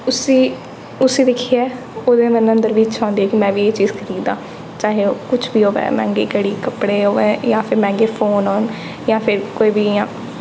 उसी उसी दिक्खियै ओह् ओह्दे मनै अंदर बी इच्छा आंदी कि में बी एह् चीज़ खरीदां चाहे ओह् कुछ बी होऐ मैंह्गी घड़ी कपड़े होऐ जां फिर मैंह्गे फोन होन जां फिर कोई बी इ'यां